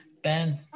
Ben